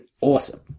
awesome